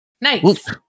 Nice